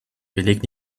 beleg